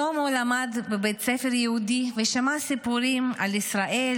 שלמה למד בבית ספר יהודי ושמע סיפורים על ישראל,